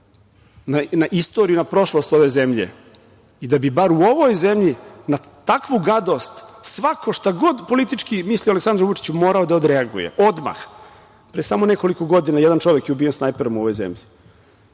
na istoriju i na prošlost ove zemlje i da bi bar u ovoj zemlji na takvu gadost svako šta god politički mislio o Aleksandru Vučiću morao da odreaguje, odmah. Pre samo nekoliko godina jedan čovek je ubijen snajperom u ovoj zemlji.